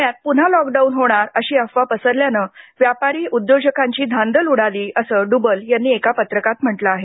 पुण्यात पुन्हा लॉकडाऊन होणार अशी अफवा पसरल्यानं व्यापारी उद्योजकांची धांदल उडाली असं डुबल यांनी एका पत्रकात म्हटले आहे